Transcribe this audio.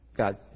God